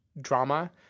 drama